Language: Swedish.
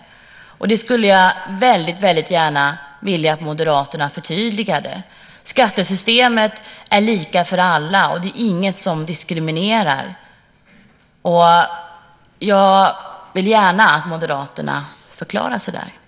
Det skulle jag gärna vilja att Moderaterna förtydligade. Skattesystemet gäller lika för alla och är inget som diskriminerar. Jag vill gärna att Moderaterna förklarar sig på den punkten.